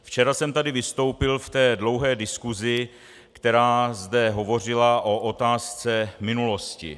Včera jsem tady vystoupil v té dlouhé diskusi, která zde hovořila o otázce minulosti.